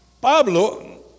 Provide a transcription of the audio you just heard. Pablo